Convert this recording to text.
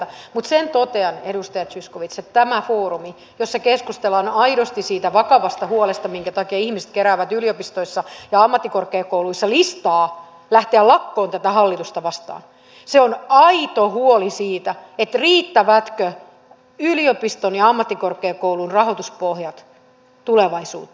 mutta sen totean edustaja zyskowicz että sillä foorumilla jolla keskustellaan aidosti siitä vakavasta huolesta minkä takia ihmiset keräävät yliopistoissa ja ammattikorkeakouluissa listaa lähteäkseen lakkoon tätä hallitusta vastaan on aito huoli siitä riittävätkö yliopistojen ja ammattikorkeakoulujen rahoituspohjat tulevaisuuteen